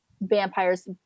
vampires